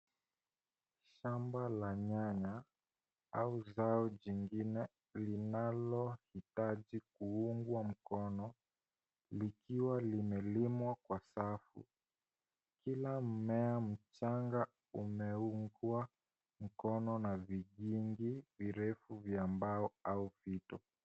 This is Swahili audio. Shamba la nyanya au zao jingine linalohitaji kuungwa mkono likiwa limelimwa kwa safu. Kila mmea mchanga umeungwa mkono na vikingi virefu vya mbao au vito.